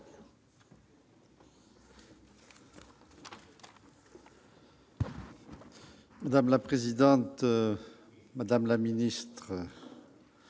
Madame la présidente, madame la ministre,